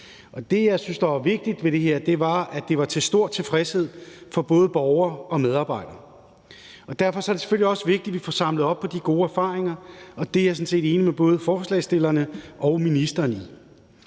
som jeg syntes var vigtigt ved det her, var, at det var til stor tilfredshed for både borgere og medarbejdere. Derfor er det selvfølgelig også vigtigt, at vi får samlet op på de gode erfaringer, og det er jeg sådan set enig med både forslagsstillerne og ministeren i.